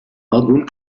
algun